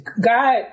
God